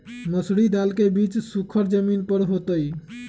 मसूरी दाल के बीज सुखर जमीन पर होतई?